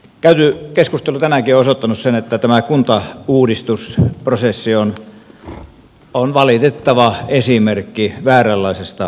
käyty keskustelu tänäänkin on osoittanut sen että tämä kuntauudistusprosessi on valitettava esimerkki vääränlaisesta johtamisesta